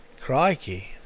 Crikey